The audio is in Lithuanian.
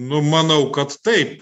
nu manau kad taip